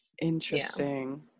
Interesting